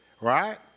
right